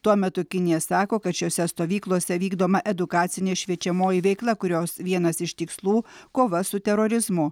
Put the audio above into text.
tuo metu kinija sako kad šiose stovyklose vykdoma edukacinė šviečiamoji veikla kurios vienas iš tikslų kova su terorizmu